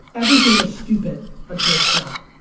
everything is stupid, until it's not.